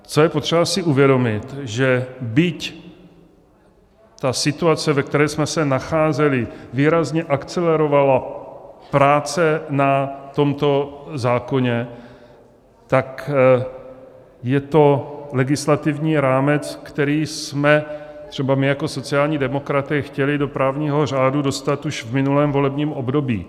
Co je potřeba si uvědomit, že byť ta situace, ve které jsme se nacházeli, výrazně akcelerovala práci na tomto zákoně, tak je to legislativní rámec, který jsme třeba my jako sociální demokraté chtěli do právního řádu dostat už v minulém volebním období.